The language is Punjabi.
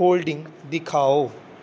ਹੋਲਡਿੰਗਜ਼ ਦਿਖਾਓ